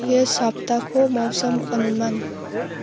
यस हप्ताको मौसम अनुमान